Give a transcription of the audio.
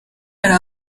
hari